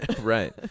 Right